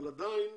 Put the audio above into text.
עדיין